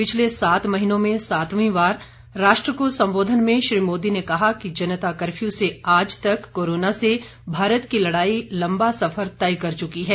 पिछले सात महीनों में सातवीं बार राष्ट्र को संबोधन में श्री मोदी ने कहा कि जनता कर्फ़्यू से आज तक कोरोना से भारत की लड़ाई लंबा सफर तय कर चुकी है